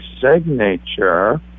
signature